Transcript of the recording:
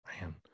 man